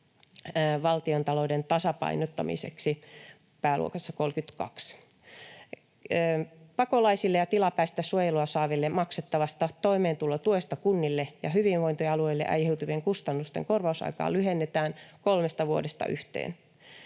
valtiontalouden tasapainottamiseksi pääluokassa 32: Pakolaisille ja tilapäistä suojelua saaville maksettavasta toimeentulotuesta kunnille ja hyvinvointialueille aiheutuvien kustannusten korvausaikaa lyhennetään kolmesta vuodesta yhteen.